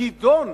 יידון